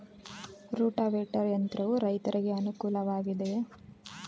Rotavator ಯಂತ್ರವು ರೈತರಿಗೆ ಅನುಕೂಲ ವಾಗಿದೆಯೇ?